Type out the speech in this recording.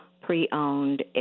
pre-owned